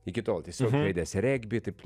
iki tol tiesiog žaidęs regbį taip